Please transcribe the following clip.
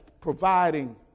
providing